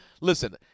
listen